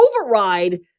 override